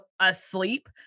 asleep